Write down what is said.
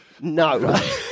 No